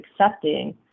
accepting